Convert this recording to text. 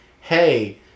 hey